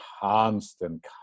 constant